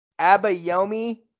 Abayomi